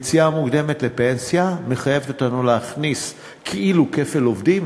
יציאה מוקדמת לפנסיה מחייבת אותנו להכניס כאילו כפל עובדים,